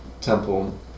Temple